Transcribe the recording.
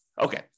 Okay